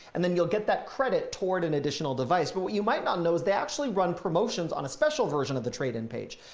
and then you'll get that credit toward an additional device. but what you might not know is they actually run promotions on a special version of the trading page.